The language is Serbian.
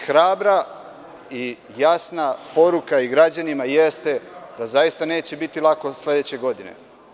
Hrabra i jasna poruka građanima jeste da zaista neće biti lako sledeće godine.